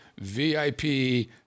VIP